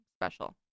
special